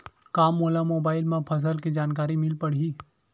का मोला मोबाइल म फसल के जानकारी मिल पढ़ही?